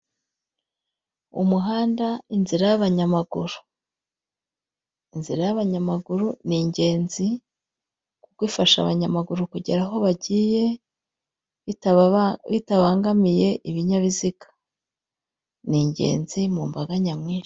Umuhanda inzira y'abanyamaguru: inzira y'abanyamaguru ni ingenzi kuko ifasha abanyamaguru kugera aho bagiye bitabangamiye ibinyabiziga. Ni ingenzi mu mbaga nyamwinshi.